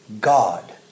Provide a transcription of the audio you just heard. God